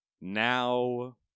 Now